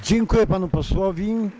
Dziękuję panu posłowi.